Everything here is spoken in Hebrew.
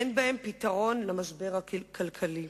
אין בהן פתרון למשבר הכלכלי.